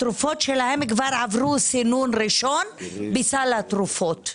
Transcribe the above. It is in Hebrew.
התרופות שלהם כבר עברו סינון ראשוני בסל התרופות,